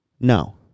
No